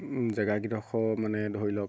জেগা কিডোখৰ মানে ধৰি লওক